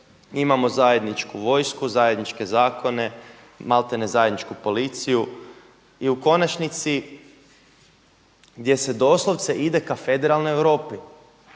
imamo zajedničku vojsku, zajedničke zakone, maltene zajedničku policiju. I u konačnici gdje se doslovce ide ka federalnoj Europi,